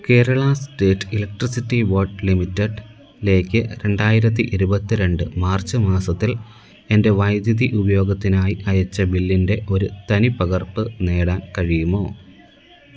Kerala state electricity board limited ലെക്ക് രണ്ടായിരത്തി ഇരുപത്തി രണ്ട് മാർച്ച് മാസത്തിൽ എൻ്റെ വൈദ്യുതി ഉപയോഗത്തിനായി അയച്ച ബില്ലിൻ്റെ ഒരു തനിപ്പകർപ്പ് നേടാൻ കഴിയുമോ